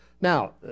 now